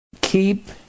keep